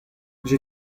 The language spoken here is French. j’ai